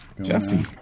Jesse